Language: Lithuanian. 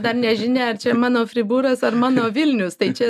dar nežinia ar čia mano fribūras ar mano vilnius tai čia